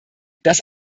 das